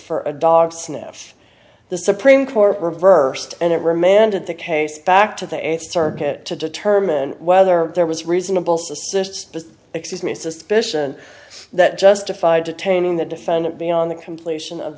for a dog sniff the supreme court reversed and it remanded the case back to the eighth circuit to determine whether there was reasonable suspicion excuse me suspicion that justified detaining the defendant beyond the completion of